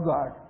God